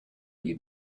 you